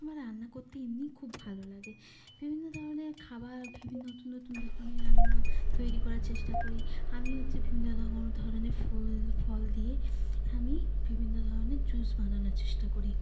আমার রান্না করতে এমনই খুব ভালো লাগে বিভিন্ন ধরনের খাবার বিভিন্ন নতুন নতুন ধরনের রান্না তৈরি করার চেষ্টা করি আমি হচ্ছে বিভিন্ন রকম ধরনের ফুল ফল দিয়ে আমি বিভিন্ন ধরনের জুস বানানোর চেষ্টা করি